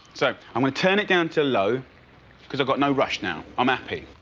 so, i'm gonna turn it down to low because i've got no rush now, i'm happy.